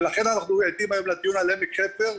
ולכן אנחנו עדים היום לדיון על עמק חפר,